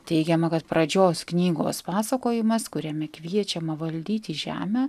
teigiama kad pradžios knygos pasakojimas kuriame kviečiama valdyti žemę